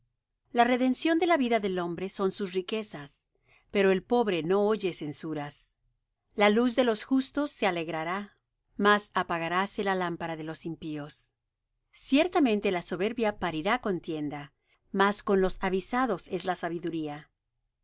la redención de la vida del hombre son sus riquezas pero el pobre no oye censuras la luz de los justos se alegrará mas apagaráse la lámpara de los impíos ciertamente la soberbia parirá contienda mas con los avisados es la sabiduría